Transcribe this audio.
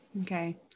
Okay